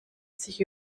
sich